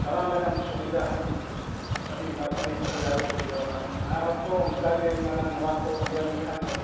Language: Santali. ᱫᱟᱬᱟᱱ ᱞᱮᱠᱟᱱ ᱥᱩᱵᱤᱫᱷᱟ ᱦᱚᱸ ᱟᱹᱰᱤ ᱟᱹᱰᱤ ᱥᱩᱵᱤᱫᱷᱟ ᱜᱮ ᱵᱩᱡᱷᱟᱹᱣᱟ ᱟᱨ ᱦᱚᱸᱠᱚ ᱚᱱᱠᱟᱜᱮ ᱢᱟᱱᱮ ᱱᱚᱣᱟ ᱠᱚ ᱤᱭᱟᱹ ᱞᱮᱱᱠᱷᱟᱱ ᱫᱚ